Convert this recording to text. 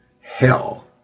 hell